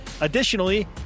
Additionally